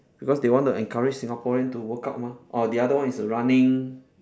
because they want to encourage singaporean to workout mah orh the other one is running